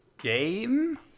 game